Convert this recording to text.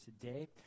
today